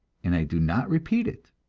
and i do not repeat it.